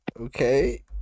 Okay